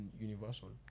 Universal